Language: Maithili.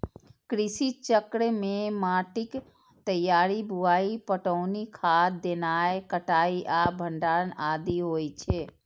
कृषि चक्र मे माटिक तैयारी, बुआई, पटौनी, खाद देनाय, कटाइ आ भंडारण आदि होइ छै